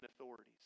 authorities